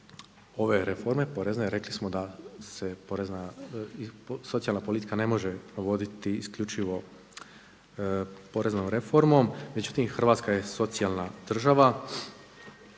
ove reforme, porezne rekli smo da se socijalna politika ne može voditi isključivo poreznom reformom. Međutim, Hrvatska je socijalna država.